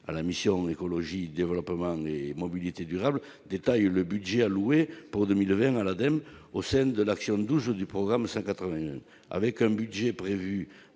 à la mission « Écologie, développement et mobilité durables » détaille le budget alloué pour 2020 à l'Ademe au sein de l'action n° 12 du programme 181. Avec un budget de